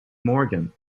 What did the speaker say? morgan